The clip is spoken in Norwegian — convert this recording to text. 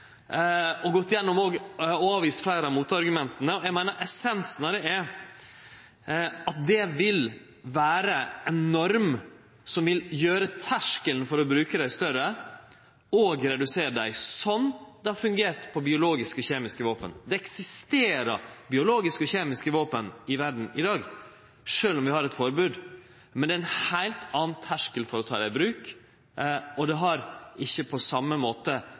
og gått igjennom og avvist fleire av motargumenta, og eg meiner at essensen av det er at det vil vere ein norm som vil gjere terskelen for å bruke våpna høgare, og redusere dei – sånn som det har fungert når det gjeld biologiske og kjemiske våpen. Det eksisterer biologiske og kjemiske våpen i verda i dag, sjølv om vi har eit forbod, men det er ein heilt annan terskel for å ta dei i bruk, og det har ikkje på same måte